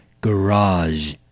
garage